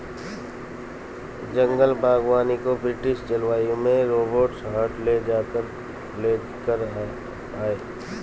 जंगल बागवानी को ब्रिटिश जलवायु में रोबर्ट हार्ट ले कर आये